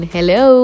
Hello